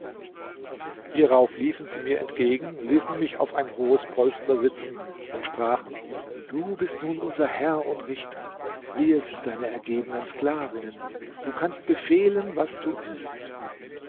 hierauf liefen sie mir entgegen ließen mich auf ein hohes polster sitzen und sprachen du bist nun unser herr und richter wir sind deine ergebenen sklavinnen du kannst befehlen was du willst